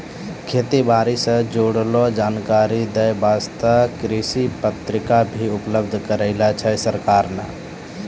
खेती बारी सॅ जुड़लो जानकारी दै वास्तॅ कृषि पत्रिका भी उपलब्ध कराय छै सरकार नॅ